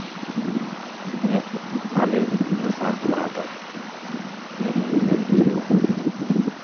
ᱤᱧᱟᱹᱜ ᱵᱷᱟᱞᱮ ᱫᱚᱥᱟᱨ ᱦᱚᱨᱟ ᱫᱚ ᱤᱱᱟᱹᱜᱮᱧ ᱢᱮᱱ ᱚᱪᱚᱭᱮᱫᱟ